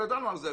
לא ידענו על זה.